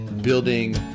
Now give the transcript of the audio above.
building